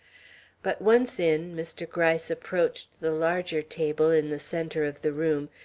but once in, mr. gryce approached the larger table in the centre of the room,